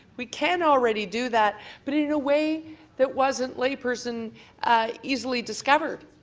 we can already do that but in a way that wasn't lapers and easily discovered.